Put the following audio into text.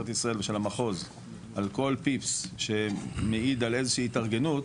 ישראל ושל המחוז על כל פיפס שמעיד על איזושהי התארגנות,